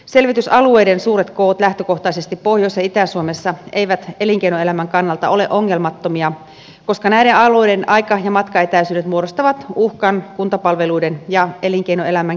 selvitysalueiden suuret koot lähtökohtaisesti pohjois ja itä suomessa eivät elinkeinoelämän kannalta ole ongelmattomia koska näiden alueiden aika ja matkaetäisyydet muodostavat uhkan kuntapalveluiden ja elinkeinoelämän kehittymisen kannalta